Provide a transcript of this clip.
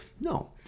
no